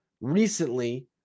recently